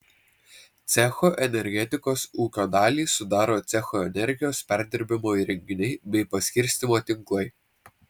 cecho energetikos ūkio dalį sudaro cecho energijos perdirbimo įrenginiai bei paskirstymo tinklai